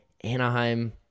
Anaheim